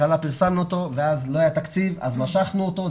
בהתחלה פרסמנו אותו ואז לא היה תקציב ולכן משכנו אותו.